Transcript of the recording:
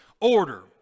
order